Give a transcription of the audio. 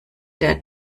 der